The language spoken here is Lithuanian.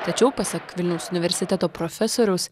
tačiau pasak vilniaus universiteto profesoriaus